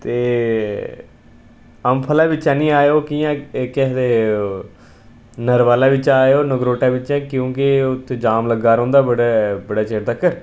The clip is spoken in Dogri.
ते अम्बफला बिच्चा नि आएयो कियां केह् आखदे नरवाल बिच्चा आएयो नगरोटै बिच्चा क्योंकि उत्थै जाम लग्गा रौंह्दा ऐ बड़ा बड़ा चिर तगर